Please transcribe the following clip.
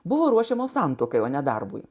buvo ruošiamos santuokai o ne darbui